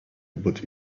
but